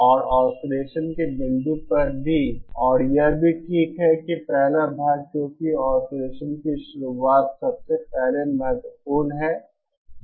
और ऑसिलेसन के बिंदु पर भी और यह भी ठीक है कि पहला भाग है क्योंकि ऑसिलेशन की शुरुआत सबसे पहले महत्वपूर्ण है